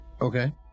Okay